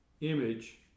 image